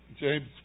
James